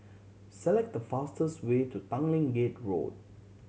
select the fastest way to Tanglin Gate Road